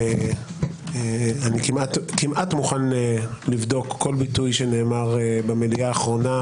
אני כמעט מוכן לבדוק כל ביטוי שנאמר במליאה האחרונה.